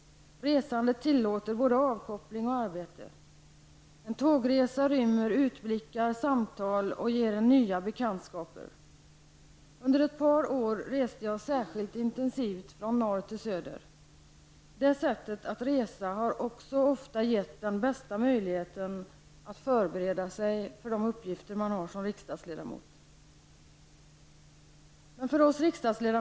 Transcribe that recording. Resandet tillåter både avkoppling och arbete. En tågresa rymmer utblickar och samtal och ger en nya bekantskaper. Under ett par år reste jag särskilt intensivt, från norr till söder. Det sättet att resa har ofta också gett den bästa möjligheten att förbereda sig för de uppgifter som man har som riksdagsledamot.